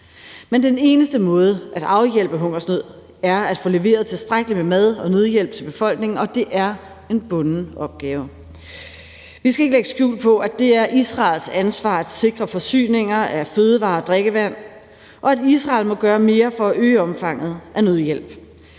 Men den eneste måde at afhjælpe hungersnød på er at få leveret tilstrækkeligt med mad og nødhjælp til befolkningen, og det er en bunden opgave. Vi skal ikke lægge skjul på, at det er Israels ansvar at sikre forsyninger af fødevarer og drikkevand, og at Israel må gøre mere for at øge omfanget af nødhjælp.